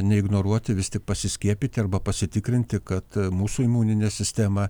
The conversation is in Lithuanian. neignoruoti vis tik pasiskiepyti arba pasitikrinti kad mūsų imuninė sistema